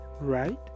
right